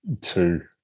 two